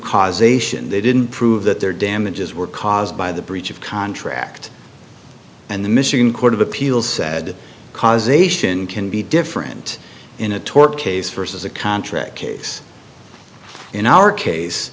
causation they didn't prove that their damages were caused by the breach of contract and the michigan court of appeals said causation can be different in a tort case versus a contract case in our case